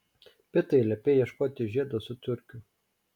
pitai liepei ieškoti žiedo su turkiu